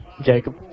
Jacob